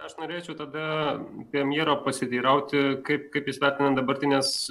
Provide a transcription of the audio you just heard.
aš norėčiau tada premjero pasiteirauti kaip kaip jis vertina dabartines